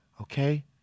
Okay